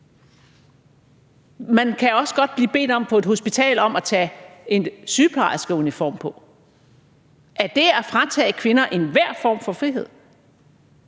Man kan også godt på et hospital blive bedt om at tage en sygeplejerskeuniform på. Er det at fratage kvinder enhver form for frihed?